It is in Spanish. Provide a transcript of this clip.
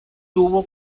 tuvo